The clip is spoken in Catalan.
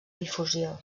difusió